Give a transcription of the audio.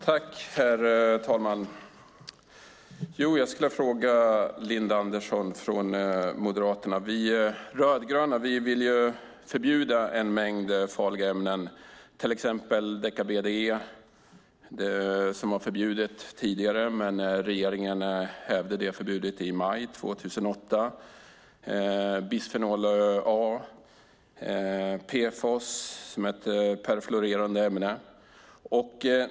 Herr talman! Jag skulle vilja ställa en fråga till Linda Andersson från Moderaterna. Vi rödgröna vill ju förbjuda en mängd farliga ämnen, till exempel deka-BDE - som var förbjudet tidigare, men regeringen hävde förbudet i maj 2008 - bisfenol A och PFOS, som är ett perfluorerat ämne.